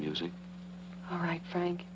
music all right frank